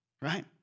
right